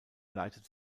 leitet